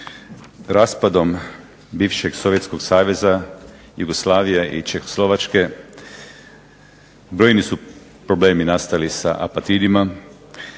raspadom bivšeg Sovjetskog saveza, Jugoslavije i Čehoslovačke brojni su problemi nastali sa apatridima,